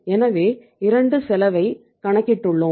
எனவே 2 செலவைக் கணக்கிட்டுள்ளோம்